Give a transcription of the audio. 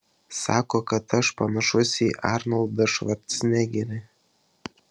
sako kad aš panašus į arnoldą švarcnegerį